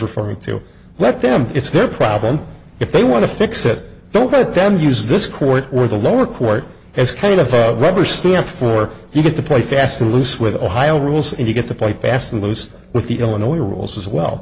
referring to let them it's their problem if they want to fix it don't let them use this court or the lower court as kind of a rubber stamp for you to play fast and loose with ohio rules and you get to play fast and loose with the illinois rules as well